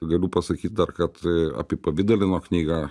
galiu pasakyt dar kad apipavidalino knygą